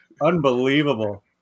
Unbelievable